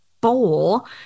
bowl